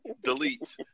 delete